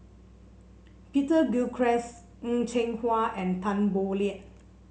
Peter Gilchrist Heng Cheng Hwa and Tan Boo Liat